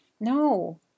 No